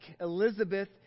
Elizabeth